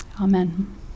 Amen